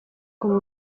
como